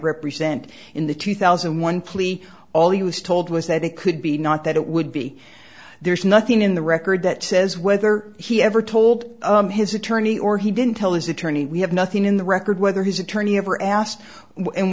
represent in the two thousand and one plea all he was told was that it could be not that it would be there's nothing in the record that says whether he ever told his attorney or he didn't tell his attorney we have nothing in the record whether his attorney ever asked